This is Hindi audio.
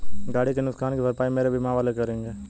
गाड़ी के नुकसान की भरपाई मेरे बीमा वाले करेंगे